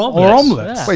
but more omelets.